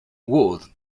wood